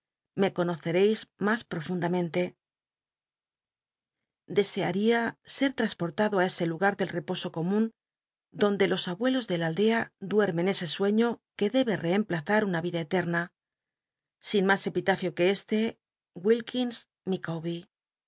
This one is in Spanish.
me conoccreis mas profundamente desearía se tra portado á ese lugar del eposo comun donde los abuelos de la aldea duermen ese sueño que debe reemplaza una riela eterna sin mas epitafio f ue este